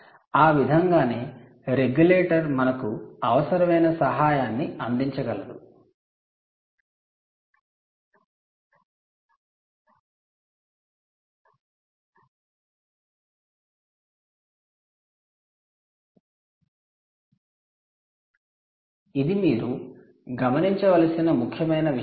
ఆ విధంగానే రెగ్యులేటర్ మనకు అవసరమైన సహాయాన్ని అందించగలదు ఇది మీరు గమనించవలసిన ముఖ్యమైన విషయం